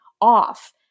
off